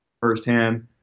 firsthand